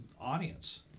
audience